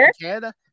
Canada